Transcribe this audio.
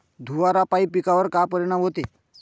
धुवारापाई पिकावर का परीनाम होते?